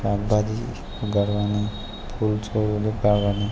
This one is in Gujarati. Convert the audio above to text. શાકભાજી ઉગાડવાની ફૂલ છોડ ઉગાડવાની